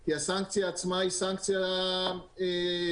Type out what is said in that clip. כי הסנקציה עצמה היא סנקציה שעברנו